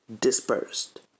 dispersed